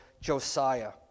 Josiah